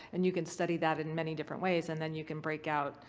and you can study that in many different ways and then you can break out,